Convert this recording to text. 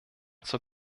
zur